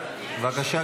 בבקשה,